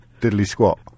diddly-squat